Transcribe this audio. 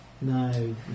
No